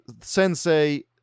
Sensei